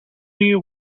you